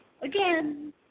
again